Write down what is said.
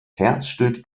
herzstück